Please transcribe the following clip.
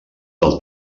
del